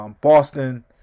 Boston